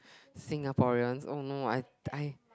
Singaporeans oh no I I